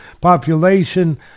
population